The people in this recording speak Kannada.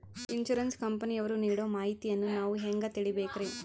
ಇನ್ಸೂರೆನ್ಸ್ ಕಂಪನಿಯವರು ನೀಡೋ ಮಾಹಿತಿಯನ್ನು ನಾವು ಹೆಂಗಾ ತಿಳಿಬೇಕ್ರಿ?